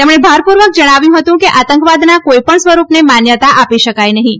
તેમણે ભારપૂર્વક જણાવ્યું હતું કે આતંકવાદના કોઈપણ સ્વરૂપને માન્યતા આપી શકાય નહીં